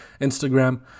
Instagram